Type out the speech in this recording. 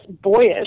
boyish